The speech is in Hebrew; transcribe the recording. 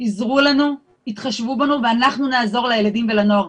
עזרו לנו, התחשבו בנו ואנחנו נעזור לילדים ולנוער.